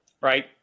Right